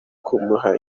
kumuha